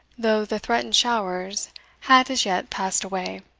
though the threatened showers had as yet passed away.